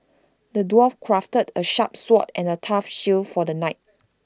the dwarf crafted A sharp sword and A tough shield for the knight